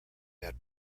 that